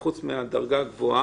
זו בדיוק היתה הכוונה.